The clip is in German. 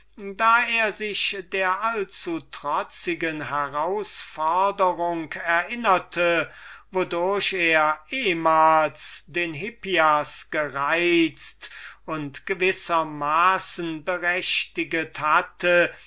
da er sich der allzutrotzigen herausforderung erinnerte wodurch er ehmals den hippias gereizt und gewissermaßen berechtiget hatte